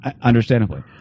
understandably